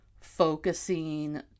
focusing